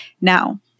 Now